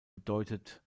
bedeutet